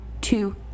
two